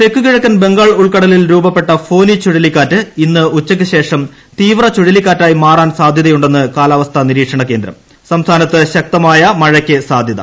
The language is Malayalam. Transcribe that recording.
തെക്ക് കിഴക്കൻ ബംഗാൾ ഉൾക്കടലിൽ രൂപപ്പെട്ട ഫോനി ചുഴലിക്കാറ്റ് ഇന്ന് ഉച്ചയ്ക്ക്ശേഷം തീവ്രചുഴലിക്കാറ്റായി മാറാൻ സാധ്യതയുണ്ടെന്ന് കാലാവസ്ഥാനിരീക്ഷണകേന്ദ്രം സംസ്ഥാനത്ത് ശക്തമായ മഴയ്ക്ക് സാധ്യത